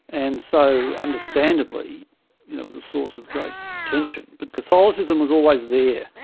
and so understandably it was a source of great tension. but catholicism was always there,